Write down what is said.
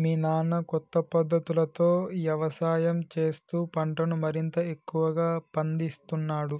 మీ నాన్న కొత్త పద్ధతులతో యవసాయం చేస్తూ పంటను మరింత ఎక్కువగా పందిస్తున్నాడు